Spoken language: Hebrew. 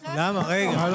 אם הממשלה מסכימה --- חברים,